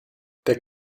der